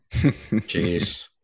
Jeez